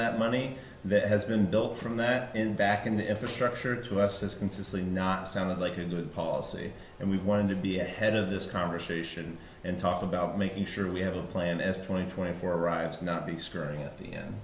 that money that has been built from that and back in the infrastructure to us has consistently not sounded like a good policy and we wanted to be ahead of this conversation and talk about making sure we have a plan as twenty twenty four arrives not be scary at the end